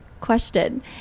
question